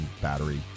battery